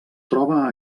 troba